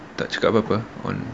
tak cakap apa-apa on